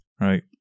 Right